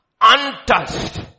untouched